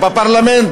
בפרלמנט,